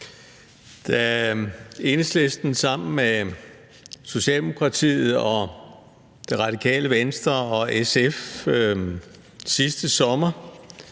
Da Enhedslisten sammen med Socialdemokratiet, Det Radikale Venstre og SF sidste sommer